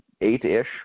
eight-ish